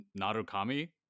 Narukami